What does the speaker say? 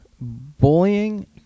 bullying